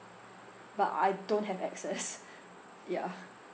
but I don't have access ya